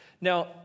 Now